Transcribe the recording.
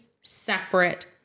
separate